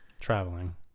traveling